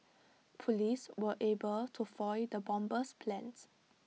Police were able to foil the bomber's plans